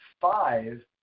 five